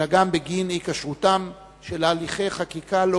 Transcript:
אלא גם בגין אי-כשרותם של הליכי חקיקה לא